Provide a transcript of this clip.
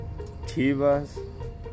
Chivas